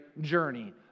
journey